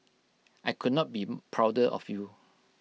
I could not be prouder of you